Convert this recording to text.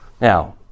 Now